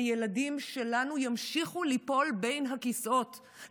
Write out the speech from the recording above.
הילדים שלנו ימשיכו ליפול בין הכיסאות,